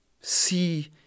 see